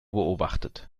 beobachtet